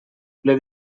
ple